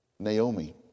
Naomi